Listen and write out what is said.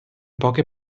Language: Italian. poche